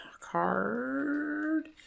card